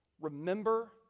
remember